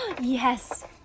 Yes